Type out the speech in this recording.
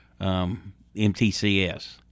MTCS